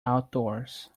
outdoors